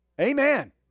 Amen